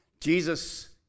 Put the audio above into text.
Jesus